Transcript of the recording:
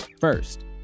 First